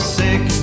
sick